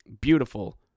beautiful